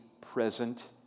present